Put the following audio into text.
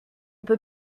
peut